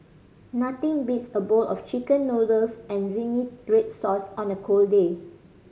nothing beats a bowl of Chicken Noodles and zingy red sauce on a cold day